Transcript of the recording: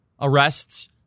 arrests